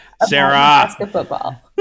Sarah